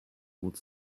would